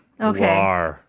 Okay